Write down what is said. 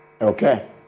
okay